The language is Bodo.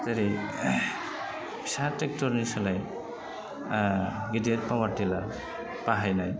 जेेरै फिसा टेक्टरनि सोलाय गिदिर पावार टिलार बाहायनाय